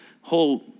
whole